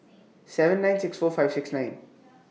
seven nine six four five six nine